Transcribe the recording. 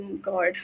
god